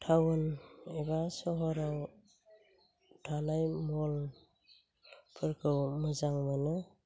town एबा सहराव थानाय मलफोरखौ मोजां मोनो